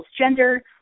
gender